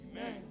Amen